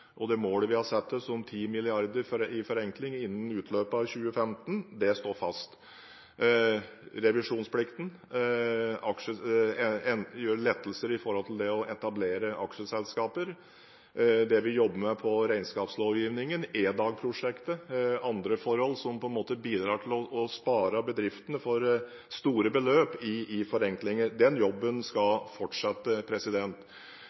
Det målet vi har satt oss om 10 mrd. kr i forenkling innen utløpet av 2015, står fast, og revisjonsplikten, lettelser i å etablere aksjeselskaper, det vi jobber med i regnskapslovgivningen, EDAG-prosjektet og andre forhold – bidrar til å spare bedriftene for store beløp i forenklinger. Den jobben